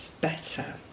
better